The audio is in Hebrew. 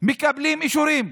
מקבלים אישורים.